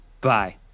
Bye